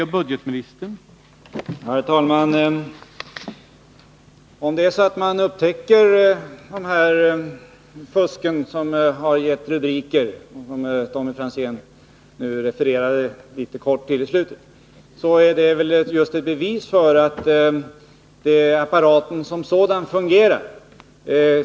Herr talman! Att man upptäckt det fusk som givit rubriker i tidningarna — Tommy Franzén refererade kortfattat till dem i slutet av sitt anförande — är väl just ett bevis för att apparaten som sådan fungerar.